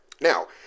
now